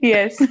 Yes